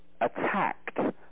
attacked